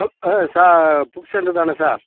ஹல் ஆ sir book சென்டர்தானே sir